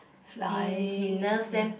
flying ya